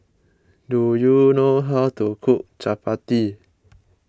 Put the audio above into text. do you know how to cook Chapati